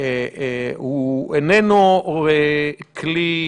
הוא איננו כלי,